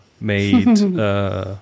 made